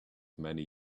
many